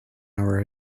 hour